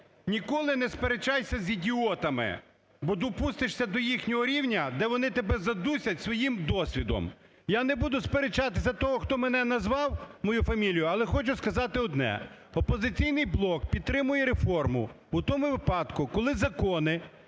"Ніколи не сперечайся з ідіотами, бо опустишся до їх рівня, де вони тебе задушать своїм досвідом". Я не буду сперечатися з тим, хто мене назвав, мою фамілію, але хочу сказати одне: "Опозиційний блок" підтримує реформу у тому випадку, коли закони